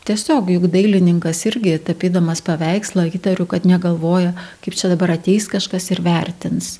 tiesiog juk dailininkas irgi tapydamas paveikslą įtariu kad negalvoja kaip čia dabar ateis kažkas ir vertins